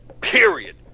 Period